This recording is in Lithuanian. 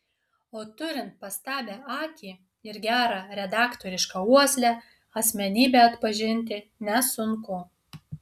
o turint pastabią akį ir gerą redaktorišką uoslę asmenybę atpažinti nesunku